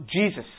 Jesus